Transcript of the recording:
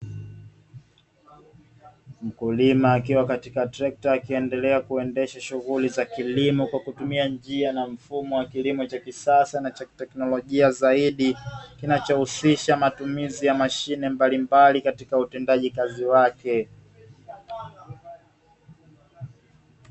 Mkulima akiwa katika trekta akiendelea kuendesha shughuli za kilimo kwa kutumia njia na mfumo wa kilimo cha kisasa na teknolojia zaidi kinachohusisha matumizi ya mashine mbalimbali katika utendaji kazi wake